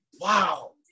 wow